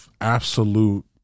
absolute